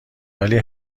ولی